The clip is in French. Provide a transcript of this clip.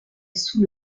sous